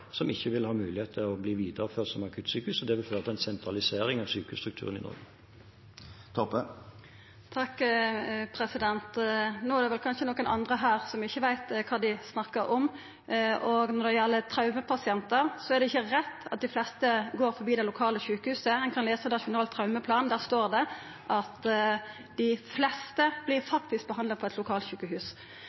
som ikke vil ha mulighet til å bli videreført som akuttsykehus. Det ville føre til en sentralisering av sykehusstrukturen i Norge. Det er kanskje nokon andre her som ikkje veit kva dei snakkar om. Når det gjeld traumepasientar, er det ikkje rett at dei fleste går forbi det lokale sjukehuset. Ein kan lesa i Nasjonal traumeplan at dei fleste faktisk vert behandla på eit lokalsjukehus.